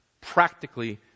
practically